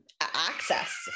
access